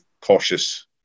cautious